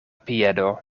piedo